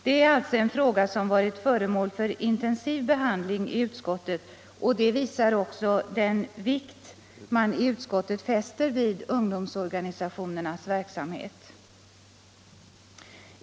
Det är alltså en fråga som varit föremål för intensiv behandling i utskottet, och detta visar också den vikt man där fäster vid ungdomsorganisationernas verksamhet.